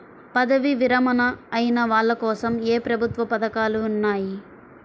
పదవీ విరమణ అయిన వాళ్లకోసం ఏ ప్రభుత్వ పథకాలు ఉన్నాయి?